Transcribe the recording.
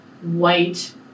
white